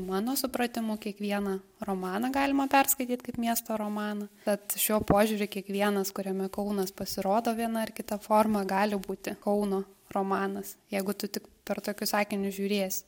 mano supratimu kiekvieną romaną galima perskaityt kaip miesto romaną bet šiuo požiūriu kiekvienas kuriame kaunas pasirodo viena ar kita forma gali būti kauno romanas jeigu tu tik per tokius akinius žiūrėsi